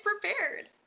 prepared